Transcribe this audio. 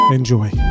Enjoy